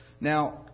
Now